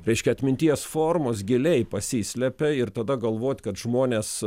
reiškia atminties formos giliai pasislepia ir tada galvot kad žmonės